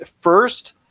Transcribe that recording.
first